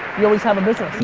you always have a business.